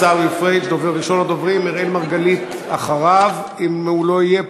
ראשון הדוברים, חבר הכנסת